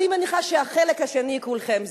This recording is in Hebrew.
אני מניחה שאת החלק הראשון כולכם זיהיתם,